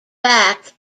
back